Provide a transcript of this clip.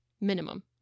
Minimum